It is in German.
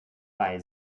bei